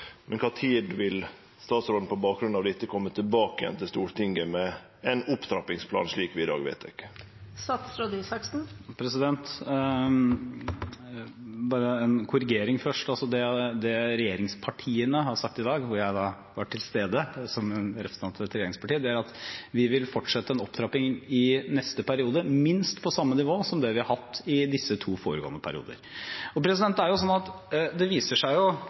Men kva tid vil statsråden, på bakgrunn av dette, kome tilbake til Stortinget med ein opptrappingsplan, slik vi i dag vedtek? Bare en korrigering først: Det regjeringspartiene har sagt i dag – hvor jeg var til stede som representant for et regjeringsparti – var at vi vil fortsette en opptrapping i neste periode minst på samme nivå som det vi har hatt i disse to foregående periodene. Det viser seg – og noen av oss var nok klar over dette fra før – at